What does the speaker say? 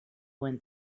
went